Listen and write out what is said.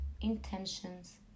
intentions